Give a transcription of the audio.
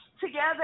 together